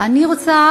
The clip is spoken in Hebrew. אני רוצה